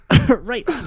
Right